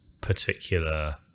particular